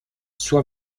suo